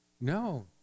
No